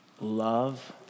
love